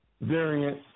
variant